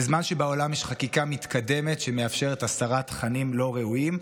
בזמן שבעולם יש חקיקה מתקדמת שמאפשרת הסרת תכנים לא ראויים,